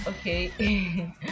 okay